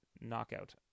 knockout